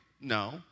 No